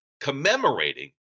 commemorating